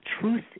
Truth